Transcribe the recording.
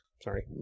sorry